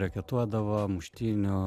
reketuodavo muštynių